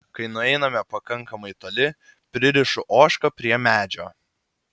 kai nueiname pakankamai toli pririšu ožką prie medžio